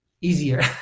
easier